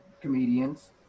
comedians